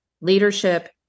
leadership